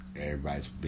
Everybody's